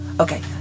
Okay